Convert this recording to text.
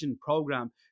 program